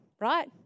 right